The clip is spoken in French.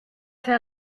faire